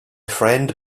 friend